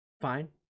Fine